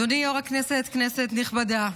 אדוני יו"ר הכנסת, כנסת נכבדה.